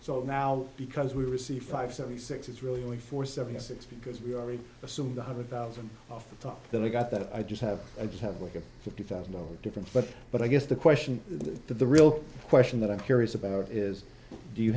so now because we receive five seventy six it's really only for seventy six because we already assumed one hundred thousand off the top that i got that i just have i just have like a fifty thousand dollars difference but but i guess the question the real question that i'm curious about is do you